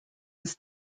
was